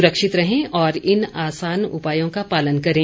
सुरक्षित रहें और इन आसान उपायों का पालन करें